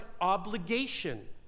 obligation